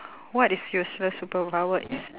what is useless superpower it's